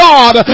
God